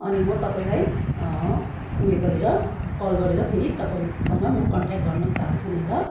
अनि म तपाईँलाई उयो गरेर कल गरेर फेरि तपाईँसँग म कन्ट्याक्ट गर्न चाहन्छु नि ल